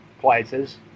places